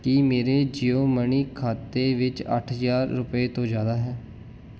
ਕੀ ਮੇਰੇ ਜੀਓ ਮਨੀ ਖਾਤੇ ਵਿੱਚ ਅੱਠ ਹਜ਼ਾਰ ਰੁਪਏ ਤੋਂ ਜ਼ਿਆਦਾ ਹੈ